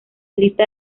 lista